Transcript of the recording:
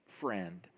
friend